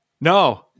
No